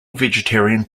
vegetarian